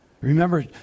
Remember